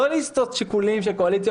לא לסטות לשיקולים של קואליציה,